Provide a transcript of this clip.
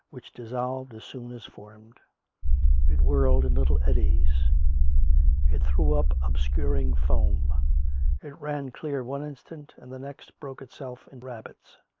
which dissolved as soon as formed it whirled in little eddies it threw up obscuring foam it ran clear one instant, and the next broke itself in rapids.